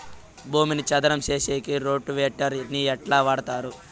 భూమిని చదరం సేసేకి రోటివేటర్ ని ఎట్లా వాడుతారు?